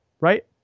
right